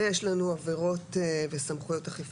יש לנו עבירות וסמכויות אכיפה.